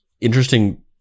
interesting